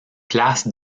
place